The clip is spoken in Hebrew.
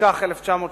התשכ"ח 1968,